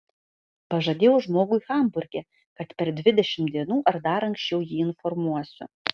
pažadėjau žmogui hamburge kad per dvidešimt dienų ar dar anksčiau jį informuosiu